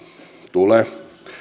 tulee